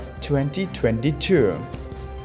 2022